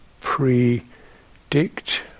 predict